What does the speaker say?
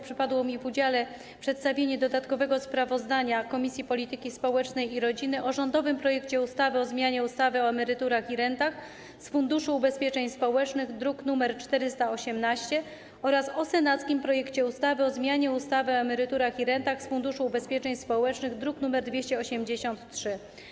Przypadło mi w udziale przedstawienie dodatkowego sprawozdania Komisji Polityki Społecznej i Rodziny o rządowym projekcie ustawy o zmianie ustawy o emeryturach i rentach z Funduszu Ubezpieczeń Społecznych, druk nr 418, oraz o senackim projekcie ustawy o zmianie ustawy o emeryturach i rentach z Funduszu Ubezpieczeń Społecznych, druk nr 283.